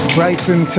Bryson